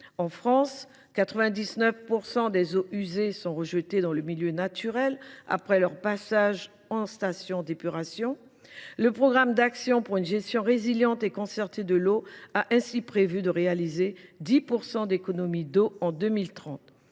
En France, 99 % des eaux usées sont rejetées dans le milieu naturel après leur passage en station d’épuration. Le plan d’action pour une gestion résiliente et concertée de l’eau a ainsi prévu la réalisation de 10 % d’économies d’eau d’ici à 2030.